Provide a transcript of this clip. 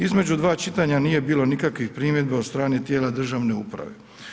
Između dva čitanja nije bilo nikakvih primjedbi od strane tijela državne uprave.